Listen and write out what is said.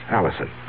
Allison